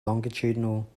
longitudinal